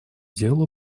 делу